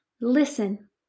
Listen